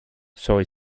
soy